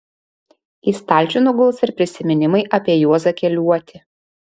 į stalčių nuguls ir prisiminimai apie juozą keliuotį